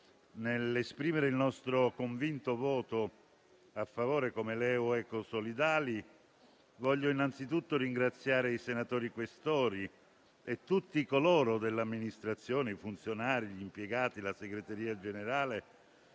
nell'esprimere il nostro convinto voto favorevole come LeU-Ecosolidali, voglio ringraziare i senatori Questori e tutti coloro che nell'Amministrazione (i funzionari, gli impiegati e la Segreteria generale)